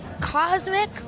Cosmic